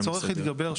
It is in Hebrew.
הצורך התגבר,